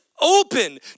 open